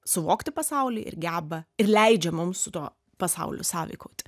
suvokti pasaulį ir geba ir leidžia mums su tuo pasauliu sąveikauti